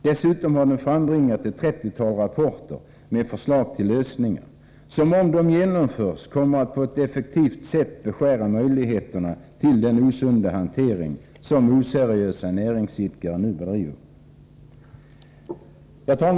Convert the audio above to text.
Dessutom har den frambringat ett trettiotal rapporter med förslag till lösningar, som om de genomförs kommer att på ett effektivt sätt beskära möjligheterna till den osunda hantering som oseriösa näringsidkare nu bedriver. Fru talman!